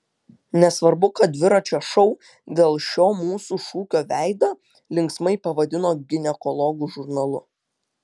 nesvarbu kad dviračio šou dėl šio mūsų šūkio veidą linksmai pavadino ginekologų žurnalu